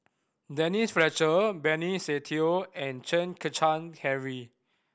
Denise Fletcher Benny Se Teo and Chen Kezhan Henri